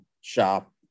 shop